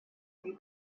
три